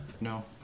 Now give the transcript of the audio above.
no